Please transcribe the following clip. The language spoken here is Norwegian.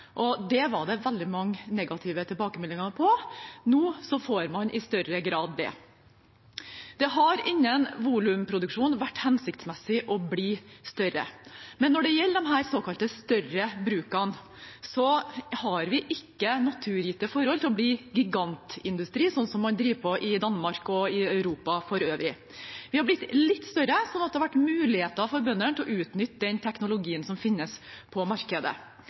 og det var det veldig mange negative tilbakemeldinger på. Nå får man i større grad det. Det har innen volumproduksjonen vært hensiktsmessig å bli større, men når det gjelder disse såkalte større brukene, har vi ikke naturgitte forhold for gigantindustri, som man driver i Danmark og i Europa for øvrig. De har blitt litt større, slik at det har vært muligheter for bøndene å utnytte den teknologien som finnes på markedet.